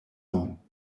ans